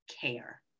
care